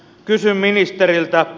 kysyn ministeriltä